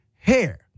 hair